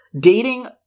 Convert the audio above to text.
Dating